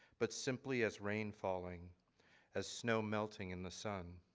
but simply as rain falling as snow melting in the sun.